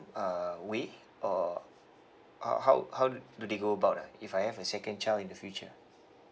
uh way or how how how do they go about ah if I have a second child in the future